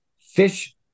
fish